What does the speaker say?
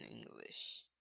English